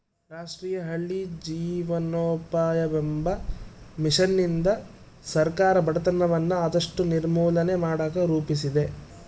ರಾಷ್ಟ್ರೀಯ ಹಳ್ಳಿ ಜೀವನೋಪಾಯವೆಂಬ ಮಿಷನ್ನಿಂದ ಸರ್ಕಾರ ಬಡತನವನ್ನ ಆದಷ್ಟು ನಿರ್ಮೂಲನೆ ಮಾಡಕ ರೂಪಿಸಿದೆ